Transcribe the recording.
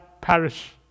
parish